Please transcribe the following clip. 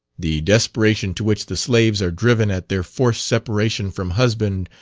the desperation to which the slaves are driven at their forced separation from husband,